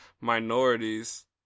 minorities